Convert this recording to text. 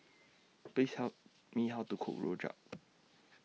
Please help Me How to Cook Rojak